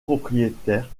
propriétaires